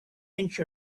inch